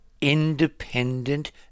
independent